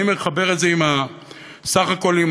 אני מחבר את זה סך הכול עם